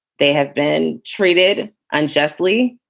they have been treated unjustly.